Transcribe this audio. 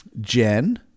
Jen